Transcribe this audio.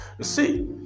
see